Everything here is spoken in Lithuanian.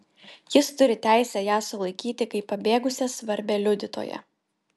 jis turi teisę ją sulaikyti kaip pabėgusią svarbią liudytoją